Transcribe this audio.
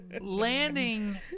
landing